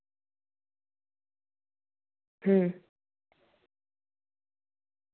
अं